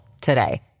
today